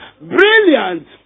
Brilliant